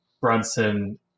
Brunson